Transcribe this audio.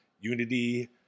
unity